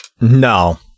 No